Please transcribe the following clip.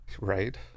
Right